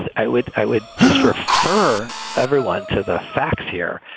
and i would i would just refer everyone to the facts here,